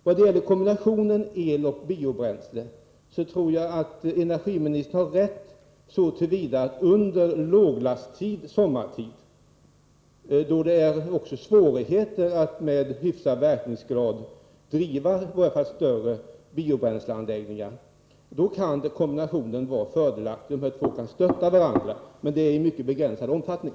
När det gäller kombinationen el och biobränsle tror jag att energiministern har rätt så till vida att under lågbelastningstid, sommartid, då det också är svårt att med hyfsad verkningsgrad driva i varje fall större biobränsleanläggningar, kan kombinationen vara fördelaktig. Dessa två energislag kan stötta varandra — men det gäller i mycket begränsad omfattning.